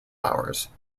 hours